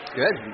good